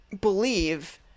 believe